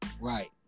Right